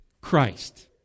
Christ